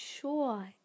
sure